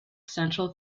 central